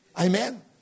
Amen